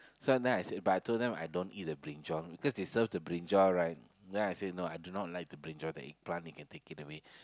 so then I said but I told them I don't eat the brinjal because they serve the brinjal right then I say no I do not like the brinjal the eggplant you can take it away